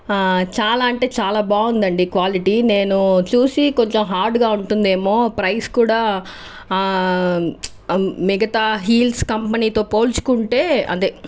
చాలా అంటే చాలా బాగుంది అండి క్వాలిటీ నేను చూసి కొంచెం హార్డ్గా ఉంటుంది ఏమో ప్రైస్ కూడా ప్చ్ మిగతా హీల్స్ కంపెనీతో పోల్చుకుంటే అదే